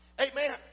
Amen